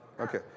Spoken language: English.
Okay